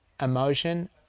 emotion